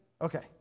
Okay